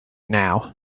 now